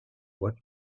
what